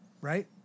right